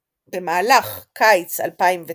במהלך קיץ 2009